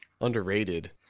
underrated